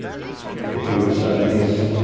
if we were to say, yes,